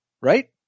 right